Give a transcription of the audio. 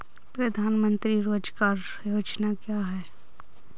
प्रधानमंत्री रोज़गार योजना क्या है?